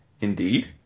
Indeed